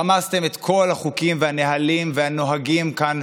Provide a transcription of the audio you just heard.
רמסתם את כל החוקים והנהלים והנוהגים כאן,